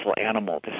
animal